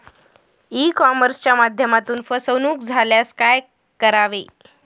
E कॉमर्सच्या माध्यमातून फसवणूक झाल्यास काय करावे?